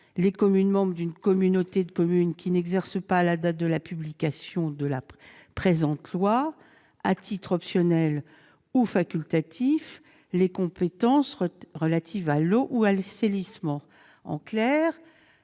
les « communes membres d'une communauté de communes qui n'exerce pas, à la date de la publication de la présente loi, à titre optionnel ou facultatif, les compétences relatives à l'eau ou à l'assainissement ». En clair,